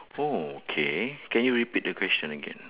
oh K can you repeat the question again